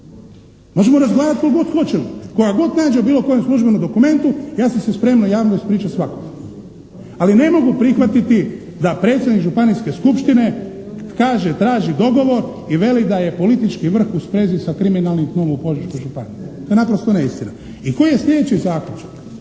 Možemo razgovarati koliko god hoćemo, tko ga god nađe u bilo kojem službenom dokumentu ja sam se spreman javno ispričati svakome. Ali ne mogu prihvatiti da predstavnik županijske skupštine traži dogovor i veli da je politički vrh u sprezi sa kriminalnim … u Požeškoj županiji. To je naprosto neistina. I koji je sljedeći zaključak?